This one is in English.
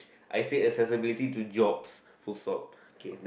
I say accessibility to jobs full stop K